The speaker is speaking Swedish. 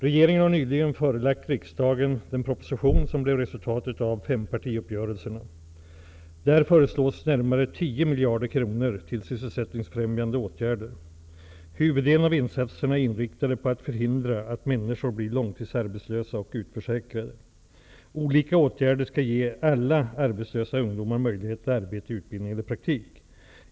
Regeringen har nyligen förelagt riksdagen den proposition som blev resultatet av fempartiuppgörelserna. Där föreslås närmare 10 miljarder kronor till sysselsättningsfrämjande åtgärder. Huvuddelen av insatserna är inriktade på att förhindra att människor blir långtidsarbetslösa och utförsäkrade. Olika åtgärder skall ge alla arbetslösa ungdomar möjlighet till arbete, utbildning eller praktik.